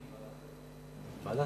ההצעה